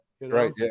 right